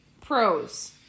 Pros